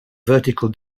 vertical